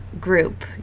group